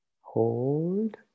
Hold